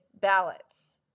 ballots